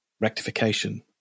rectification